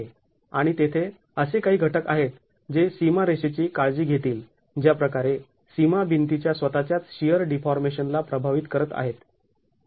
आणि तेथे असे काही घटक आहेत जे सीमारेषेची काळजी घेतील ज्या प्रकारे सीमा भिंतिच्या स्वतःच्याच शिअर डीफॉर्मेशन ला प्रभावित करत आहेत